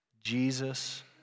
Jesus